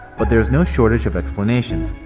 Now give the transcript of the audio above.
but there is no shortage of explanations,